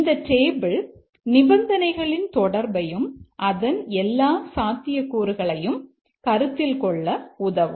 இந்த டேபிள் நிபந்தனைகளின் தொடர்பையும் அதன் எல்லா சாத்தியக்கூறுகளையும் கருத்தில் கொள்ள உதவும்